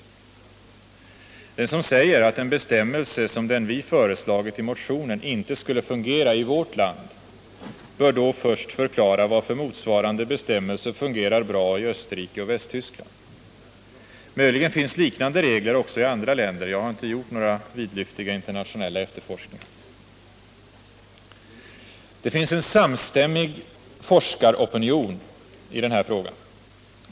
73 Den som säger, att en bestämmelse som den vi föreslagit i motionen inte skulle fungera i vårt land, bör då först förklara varför motsvarande bestämmelse fungerar bra i Österrike och Västtyskland. Möjligen finns liknande regler också i andra länder. Jag har inte gjort några vidlyftiga internationella efterforskningar. Det finns en samstämmig forskaropinion i denna fråga.